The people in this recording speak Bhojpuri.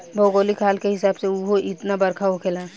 भौगोलिक हाल के हिसाब से उहो उतने बरखा होखेला